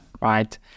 Right